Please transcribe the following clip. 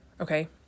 okay